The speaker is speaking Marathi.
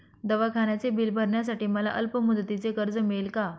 दवाखान्याचे बिल भरण्यासाठी मला अल्पमुदतीचे कर्ज मिळेल का?